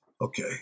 Okay